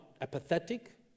apathetic